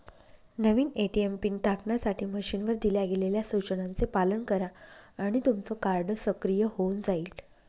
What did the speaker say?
नवीन ATM pin टाकण्यासाठी मशीनवर दिल्या गेलेल्या सूचनांचे पालन करा आणि तुमचं कार्ड सक्रिय होऊन जाईल